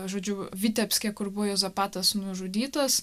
žodžiu vitebske kur buvo juozapatas nužudytas